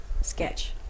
sketch